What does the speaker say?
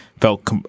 felt